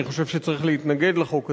אני חושב שצריך להתנגד לחוק הזה,